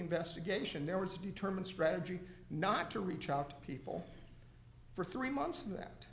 investigation there was to determine strategy not to reach out to people for three months